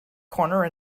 corner